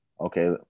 Okay